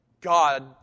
God